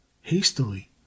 hastily